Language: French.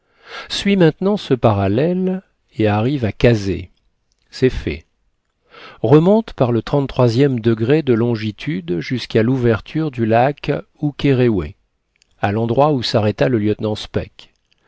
suis maintenant ce parallèle et arrive à kazeh c'est fait remonte par le e degré de longitude jusqu'à l'ouverture du lac oukéréoué à l'endroit où s'arrêta le lieutenant speke